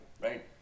right